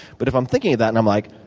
but if i'm thinking of that and i'm like,